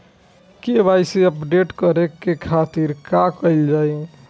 KYC update करे के खातिर का कइल जाइ?